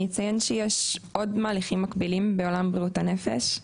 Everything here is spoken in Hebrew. אני אציין שיש עוד מהלכים מקבילים בעולם בריאות הנפש,